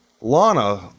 Lana